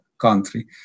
country